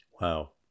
Wow